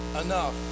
enough